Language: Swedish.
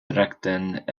dräkten